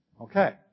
Okay